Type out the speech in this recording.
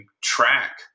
track